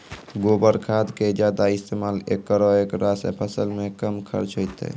गोबर खाद के ज्यादा इस्तेमाल करौ ऐकरा से फसल मे कम खर्च होईतै?